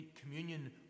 communion